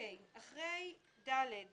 הסתייגות